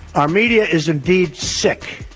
our media is indeed sick,